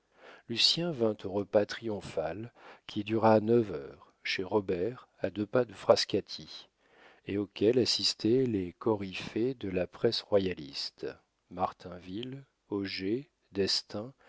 lucien vint au repas triomphal qui dura neuf heures chez robert à deux pas de frascati et auquel assistaient les coryphées de la presse royaliste martinville auger destains